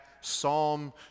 Psalm